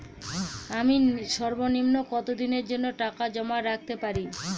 আমি সর্বনিম্ন কতদিনের জন্য টাকা জমা রাখতে পারি?